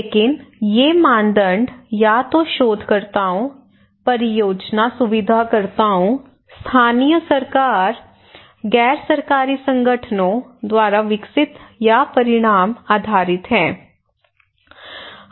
लेकिन ये मानदंड या तो शोधकर्ताओं परियोजना सुविधाकर्ताओं स्थानीय सरकार गैर सरकारी संगठनों द्वारा विकसित या परिणाम आधारित हैं